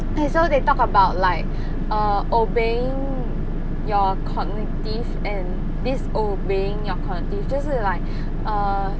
eh so they talk about like err obeying your cognitive and disobeying your cognitive 就是 like err